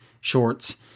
shorts